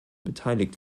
beteiligt